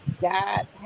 God